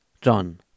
john